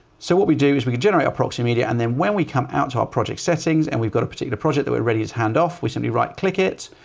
so what we do is we can generate our proxy media. and then when we come out to our project settings and we've got a particular project that we're ready to handoff, we simply right click it,